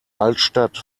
altstadt